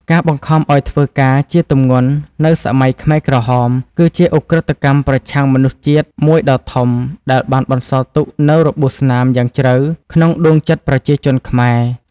ការបង្ខំឱ្យធ្វើការជាទម្ងន់នៅសម័យខ្មែរក្រហម គឺជាឧក្រិដ្ឋកម្មប្រឆាំងមនុស្សជាតិមួយដ៏ធំ ដែលបានបន្សល់ទុកនូវរបួសស្នាមយ៉ាងជ្រៅក្នុងដួងចិត្តប្រជាជនខ្មែរ។